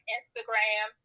Instagram